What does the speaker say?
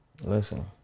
Listen